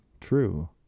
true